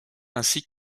ainsi